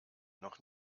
noch